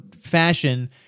fashion